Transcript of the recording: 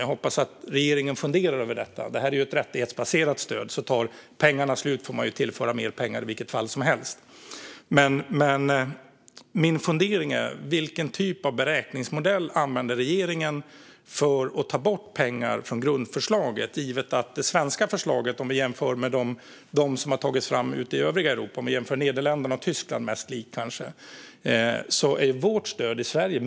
Jag hoppas att regeringen funderar över detta. Det här är ju ett rättighetsbaserat stöd, så om pengarna tar slut får man tillföra mer pengar i vilket fall som helst. Min fundering är vilken typ av beräkningsmodell regeringen använder för att ta bort pengar från grundförslaget. Det svenska förslaget om stöd är mer omfattande än de förslag som har tagits fram i övriga Europa - Nederländernas och Tysklands kanske är mest lika.